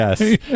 yes